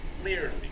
Clearly